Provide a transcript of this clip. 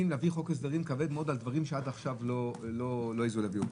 חוק הסדרים כבד מאוד על דברים שעד עכשיו לא העיזו להביא.